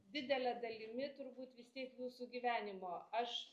didele dalimi turbūt vis tiek jūsų gyvenimo aš